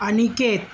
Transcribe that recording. Aniket